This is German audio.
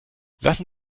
lassen